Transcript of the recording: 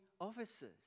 officers